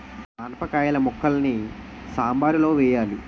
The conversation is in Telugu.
ఆనపకాయిల ముక్కలని సాంబారులో వెయ్యాలి